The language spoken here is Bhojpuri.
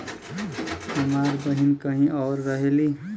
हमार बहिन कहीं और रहेली